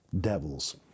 devils